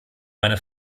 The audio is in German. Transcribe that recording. meine